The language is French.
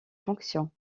fonctions